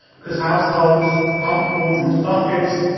because households pump the water into buckets,